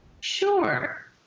Sure